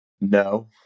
No